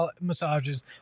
massages